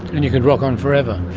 and you could rock on forever.